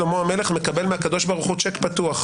שלמה המלך מקבל מהקדוש ברוך הוא צ'ק פתוח,